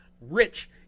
Rich